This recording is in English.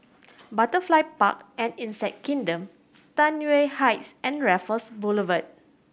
Butterfly Park and Insect Kingdom Tai Yuan Heights and Raffles Boulevard